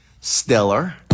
stellar